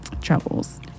troubles